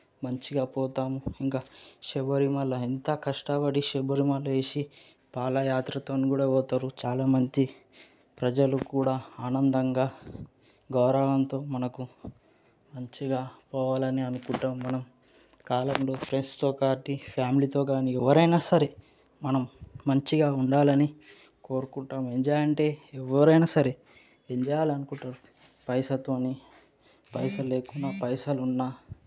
మంచిగా పోతాం ఇంకా శబరిమల ఎంత కష్టపడి శబరిమల వేసి పాదయాత్రతో కూడా పోతారు చాలా మంది ప్రజలు కూడా ఆనందంగా గౌరవంతో మనకు మంచిగా పోవాలని అనుకుంటాం మనం కాలంలో ఫ్రెండ్స్తో కానీ ఫ్యామిలీతో కానీ ఎవరైనా సరే మనం మంచిగా ఉండాలని కోరుకుంటాం ఎంజాయ్ అంటే ఎవరైనా సరే ఎంజాయ్ అనుకుంటారు పైసలుతో పైసలు లేకున్నా పైసలు ఉన్న